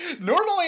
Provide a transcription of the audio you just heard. Normally